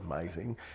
amazing